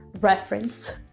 reference